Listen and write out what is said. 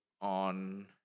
on